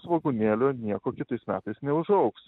svogūnėlio nieko kitais metais neužaugs